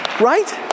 right